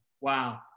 wow